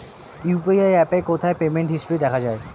UPI অ্যাপে কোথায় payment history দেখা যায়?